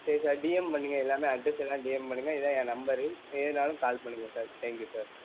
சரி sir DM பண்ணுங்கள் எல்லாமே அட்ரெஸ் எல்லாம் டிஎம் பண்ணுங்கள் இதுதான் என் நம்பரு எதுனாலும் கால் பண்ணுங்கள் சார் தேங்க்கியூ சார்